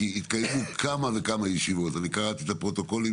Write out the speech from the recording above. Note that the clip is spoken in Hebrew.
התקיימו כבר כמה ישיבות בנושא ואני קראתי את הפרוטוקולים